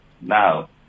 now